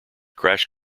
crash